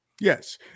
Yes